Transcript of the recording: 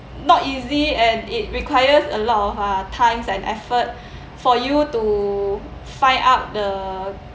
not easy and it requires a lot of uh times and effort for you to find out the